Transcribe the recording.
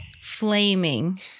flaming